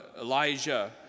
Elijah